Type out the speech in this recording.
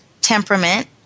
temperament